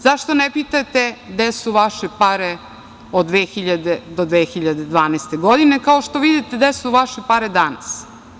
Zašto ne pitate gde su vaše pare od 2000. do 2012. godine kao što vidite gde su vaše pare danas?